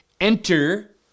Enter